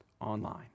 online